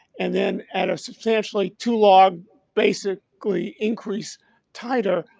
and then at a substantially two log basically increase tighter,